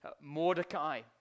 Mordecai